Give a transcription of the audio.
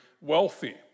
wealthy